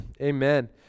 Amen